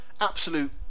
absolute